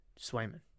Swayman